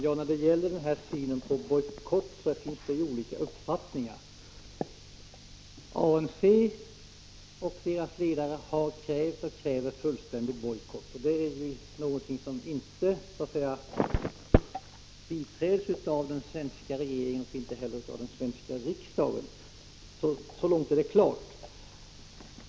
Herr talman! Det finns olika uppfattningar när det gäller synen på bojkott. ANC och dess ledare har krävt, och kräver, fullständig bojkott. Detta krav biträds ju inte av den svenska regeringen, och inte heller av riksdagen. Så långt är det klart.